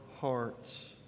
hearts